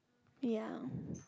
ya